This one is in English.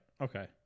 Okay